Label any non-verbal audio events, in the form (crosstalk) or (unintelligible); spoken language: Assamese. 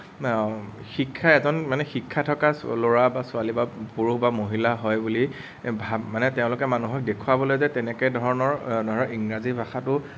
(unintelligible) শিক্ষা এজন মানে শিক্ষা থকা (unintelligible) ল'ৰা বা ছোৱালী বা পুৰুষ বা মহিলা হয় বুলি (unintelligible) মানে তেওঁলোকে মানুহক দেখুৱাবলৈ যে তেনেকে ধৰণৰ ধৰক ইংৰাজী ভাষাটো